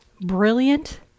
brilliant